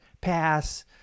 pass